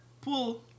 pull